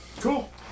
Cool